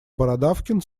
бородавкин